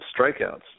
strikeouts